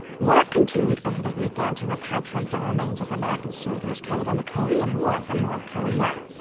work continued over the weekend to repatriate the remains of american soldiers killed in the korean war. from north korea.